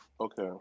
Okay